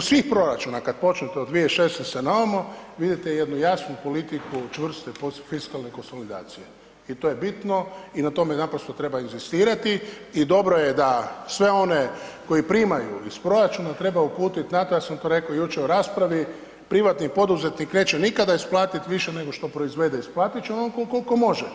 svih proračuna kad počnete od 2016. na ovamo, vidite jednu jasnu politiku čvrste, fiskalne konsolidacije i to je bitno i na tome naprosto treba inzistirati i dobro je da sve oni koji primaju iz proračuna, treba uputit na to, ja sam to rekao jučer u raspravi, privatni poduzetnik neće nikada isplatiti više nego što proizvode, isplatit će onoliko koliko može.